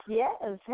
yes